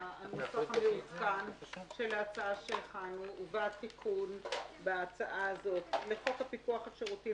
המעודכן של ההצעה שהכנו ובו תיקון לחוק הפיקוח על שירותים